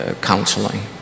counseling